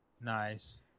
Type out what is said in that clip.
Nice